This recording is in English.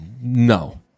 no